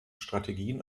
strategien